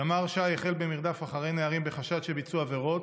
ימ"ר ש"י החל במרדף אחרי נערים בחשד שביצעו עבירות,